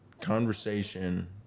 conversation